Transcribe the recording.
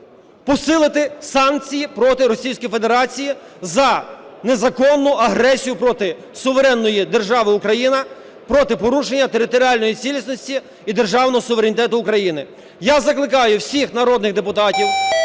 посилити санкції проти Російської Федерації за незаконну агресію проти суверенної держави Україна, проти порушення територіальної цілісності і державного суверенітету України. Я закликаю всіх народних депутатів,